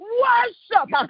worship